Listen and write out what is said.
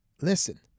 listen